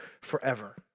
forever